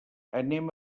anem